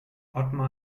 otmar